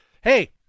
hey